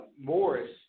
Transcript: Morris